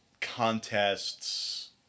contests